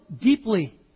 deeply